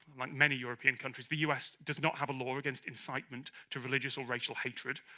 like many european countries, the u s. does not have a law against incitement to religious or racial hatred.